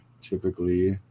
typically